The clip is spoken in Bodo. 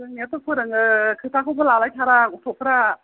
फोरोंनायाथ' फोरोङो खोथाखौबो लालायथारा गथ'फ्रा